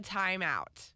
timeout